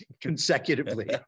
consecutively